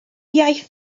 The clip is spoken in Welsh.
iaith